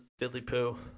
diddly-poo